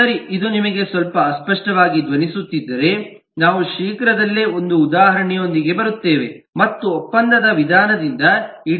ಸರಿ ಇದು ನಿಮಗೆ ಸ್ವಲ್ಪ ಅಸ್ಪಷ್ಟವಾಗಿ ಧ್ವನಿಸುತ್ತಿದ್ದರೆ ನಾವು ಶೀಘ್ರದಲ್ಲೇ ಒಂದು ಉದಾಹರಣೆಯೊಂದಿಗೆ ಬರುತ್ತೇವೆ ಮತ್ತು ಒಪ್ಪಂದದ ವಿಧಾನದಿಂದ ಈ ಡಿಸೈನ್ ಅನ್ನು ವಿವರಿಸುತ್ತೇವೆ